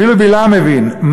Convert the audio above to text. אפילו בלעם מבין.